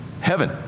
Heaven